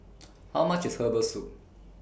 How much IS Herbal Soup